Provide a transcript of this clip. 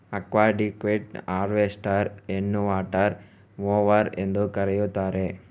aquatic weed harvester ಅನ್ನುವಾಟರ್ mower ಎಂದೂ ಕರೆಯುತ್ತಾರೆ